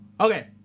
okay